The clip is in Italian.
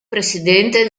presidente